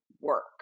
work